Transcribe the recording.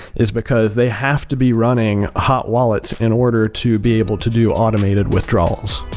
is because they have to be running hot wallets in order to be able to do automated withdrawals.